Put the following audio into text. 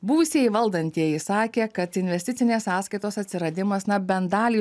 buvusieji valdantieji sakė kad investicinės sąskaitos atsiradimas na bent dalį